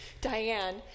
Diane